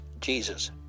Jesus